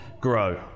grow